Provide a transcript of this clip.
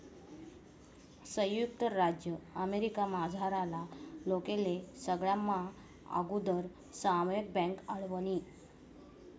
संयुक्त राज्य अमेरिकामझारला लोकेस्ले सगळास्मा आगुदर सामुदायिक बँक आवडनी